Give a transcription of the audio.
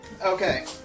okay